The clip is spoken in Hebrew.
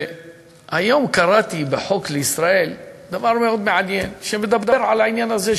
היום קראתי ב"חוק לישראל" דבר מאוד מעניין על העניין הזה,